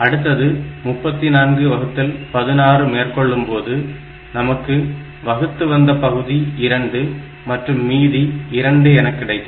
அடுத்து 34 வகுத்தல் 16 மேற்கொள்ளும்போது நமக்கு வகுத்து வந்த பகுதி 2 மற்றும் மீதி 2 என கிடைக்கும்